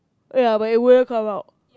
ya but it will come out